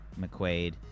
McQuaid